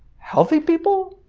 healthy people?